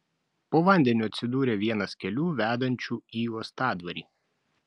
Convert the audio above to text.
po vandeniu atsidūrė vienas kelių vedančių į uostadvarį